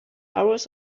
hours